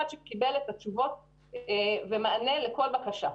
שקיבל את התשובות וקיבל מענה לכל בקשה.